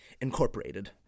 incorporated